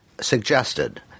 suggested